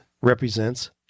represents